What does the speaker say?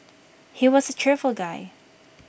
he was A cheerful guy